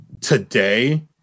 today